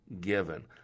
given